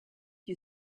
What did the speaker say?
you